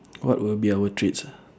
what will be our treats ah